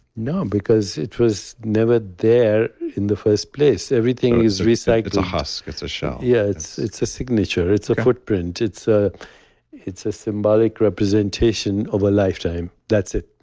no, because it was never there in the first place. everything is recyclable it's a husk. it's a shell yeah it's it's a signature. it's a footprint. it's a it's a symbolic representation of a lifetime. that's it.